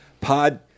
Pod